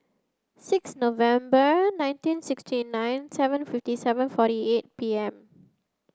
six November nineteen sixty nine seven fifty seven forty eight P M